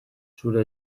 zure